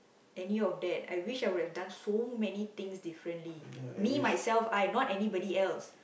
any of that I wish I would have done so many things differently me myself I not anybody else